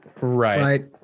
Right